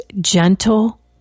gentle